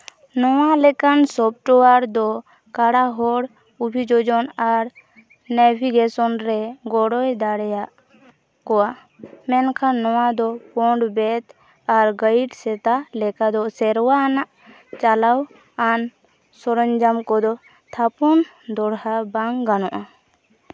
ᱱᱚᱣᱟ ᱞᱮᱠᱟᱱ ᱥᱚᱯᱷᱴᱚᱭᱟᱨ ᱫᱚ ᱠᱟᱬᱟ ᱦᱚᱲ ᱚᱵᱷᱤᱡᱳᱡᱚᱱ ᱟᱨ ᱱᱟᱵᱷᱤᱜᱮᱥᱚᱱ ᱨᱮ ᱜᱚᱲᱚᱭ ᱫᱟᱲᱮᱭᱟᱜ ᱠᱚᱣᱟ ᱢᱮᱱᱠᱷᱟᱱ ᱱᱚᱣᱟ ᱫᱚ ᱯᱳᱱ ᱵᱮᱛ ᱟᱨ ᱜᱟᱭᱤᱰ ᱥᱮᱛᱟ ᱞᱮᱠᱟᱫᱚ ᱥᱮᱨᱣᱟ ᱟᱱᱟᱜ ᱪᱟᱞᱟᱣᱟᱱ ᱥᱚᱨᱚᱧᱡᱟᱢ ᱠᱚᱫᱚ ᱛᱷᱟᱯᱚᱱ ᱫᱚᱦᱲᱟ ᱵᱟᱝ ᱜᱟᱱᱚᱜᱼᱟ